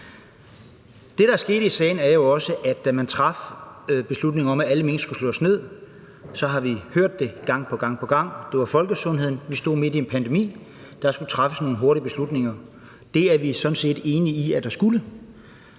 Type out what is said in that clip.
Det, der skete i sagen, var jo også, at da man traf beslutningen om, at alle mink skulle slås ned, så hørte vi det gang på gang, nemlig at det drejede sig om folkesundheden. Vi stod midt i en pandemi. Der skulle træffes nogle hurtige beslutninger. Det er vi sådan set enige i at der skulle.